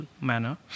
manner